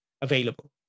available